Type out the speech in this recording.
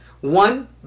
one